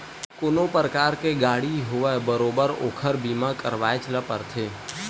कोनो परकार के गाड़ी होवय बरोबर ओखर बीमा करवायच ल परथे